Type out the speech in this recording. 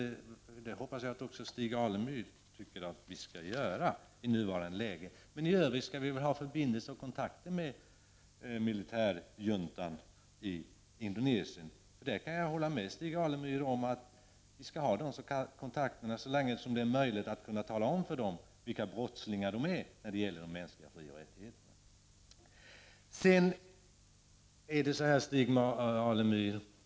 Jag hoppas att även Stig Alemyr tycker att Sverige skall göra det i nuvarande läge. I övrigt kan Sverige ha förbindelser och kontakter med militärjuntan i Indonesien. Jag kan hålla med Stig Alemyr om att man skall ha kontakterna så länge som det är möjligt att tala om för juntamedlemmarna vilka brottslingar de är när det gäller de mänskliga frioch rättigheterna.